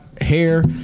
hair